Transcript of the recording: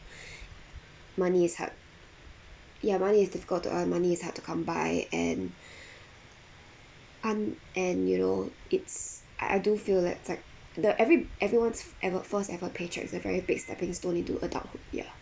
money is hard ya money is difficult to earn money is hard to come by and aren't and you know it's I I do feel like it's like the every everyone's ever first ever paycheck is a very big stepping stone into adulthood ya